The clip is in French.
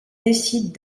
décident